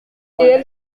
elle